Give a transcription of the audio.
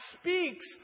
speaks